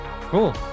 cool